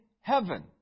heaven